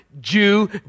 Jew